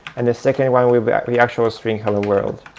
and the second one will be the actual string hello, world.